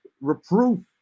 reproof